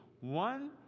one